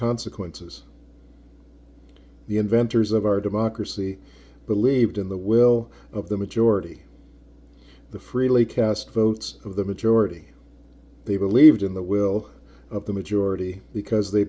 consequences the inventors of our democracy believed in the will of the majority the freely cast votes of the majority they believed in the will of the majority because they